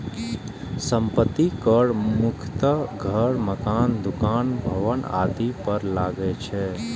संपत्ति कर मुख्यतः घर, मकान, दुकान, भवन आदि पर लागै छै